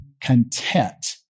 content